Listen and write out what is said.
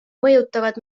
mõjutavad